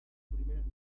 primer